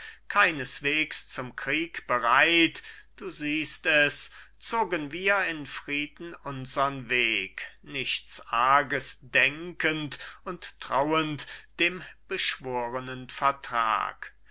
keineswegs zum krieg bereit du siehst es zogen wir in frieden unsern weg nichts arges denkend und trauend dem beschworenen vertrag